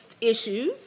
issues